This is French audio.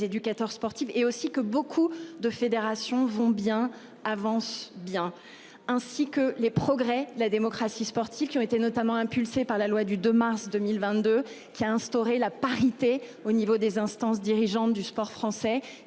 et aussi que beaucoup de fédérations vont bien avance bien ainsi que les progrès la démocratie sportifs qui ont été notamment impulsé par la loi du 2 mars 2022 qui a instauré la parité au niveau des instances dirigeantes du sport français